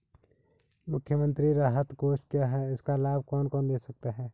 मुख्यमंत्री राहत कोष क्या है इसका लाभ कौन कौन ले सकता है?